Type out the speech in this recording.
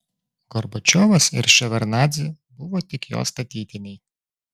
gorbačiovas ir ševardnadzė buvo tik jo statytiniai